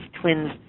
twins